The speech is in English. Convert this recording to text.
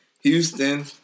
Houston